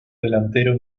delantero